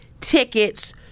tickets